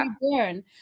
burn